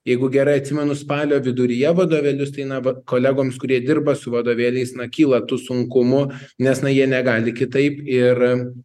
jeigu gerai atsimenu spalio viduryje vadovėlius tai na va kolegoms kurie dirba su vadovėliais na kyla tų sunkumų nes na jie negali kitaip ir